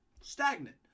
stagnant